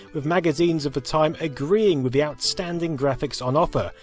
with magazines of the time agreeing with the outstanding graphics on offer,